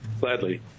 Gladly